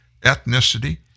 ethnicity